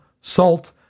salt